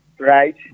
Right